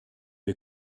wir